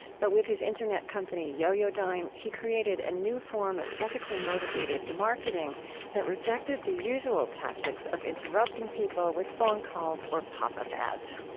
but with his internet company yoyodyne, he created a new form of ethically-motivated marketing that rejected the usual tactics of interrupting people with phone calls or pop up ads.